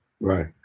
Right